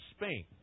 Spain